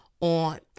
on